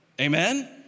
Amen